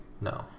No